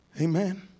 Amen